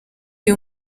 iyo